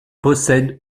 possède